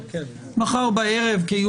מחר בערב יוגשו ההסתייגויות.